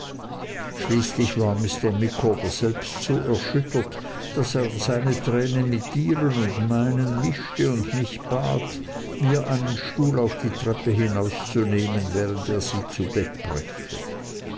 schließlich war mr micawber selbst so erschüttert daß er seine tränen mit ihren und meinen mischte und mich bat mir einen stuhl auf die treppe hinauszunehmen während er sie zu bett brächte